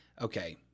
Okay